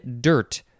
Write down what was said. dirt